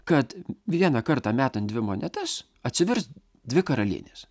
kad vieną kartą metant dvi monetas atsivers dvi karalienės